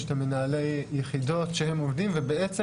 יש את מנהלי היחידות שהם עובדים ובעצם